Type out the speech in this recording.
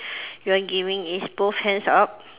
you are giving is both hands up